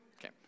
Okay